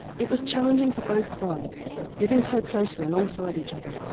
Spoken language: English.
it was challenging for both sides living so closely alongside each other.